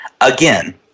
Again